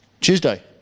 Tuesday